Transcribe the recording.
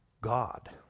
God